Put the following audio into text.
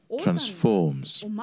transforms